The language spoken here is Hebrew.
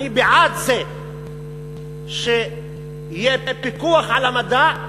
אני בעד שיהיה פיקוח על המדע,